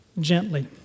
gently